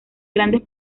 grandes